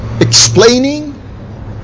explaining